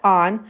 on